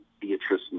Beatrice